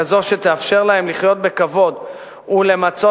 כזו שתאפשר להם לחיות בכבוד ולמצות